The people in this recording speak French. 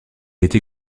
été